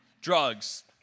Drugs